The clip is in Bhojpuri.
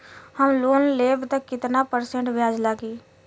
हम लोन लेब त कितना परसेंट ब्याज लागी?